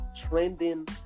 Trending